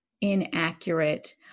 inaccurate